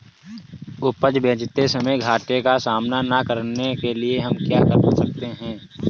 उपज बेचते समय घाटे का सामना न करने के लिए हम क्या कर सकते हैं?